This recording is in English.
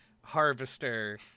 Harvester